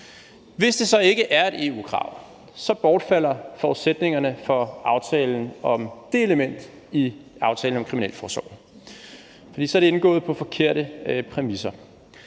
Hvis det så ikke er et EU-krav, bortfalder forudsætningerne for aftalen om det element i aftalen om kriminalforsorgen, for så er det indgået på forkerte præmisser.